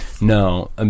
no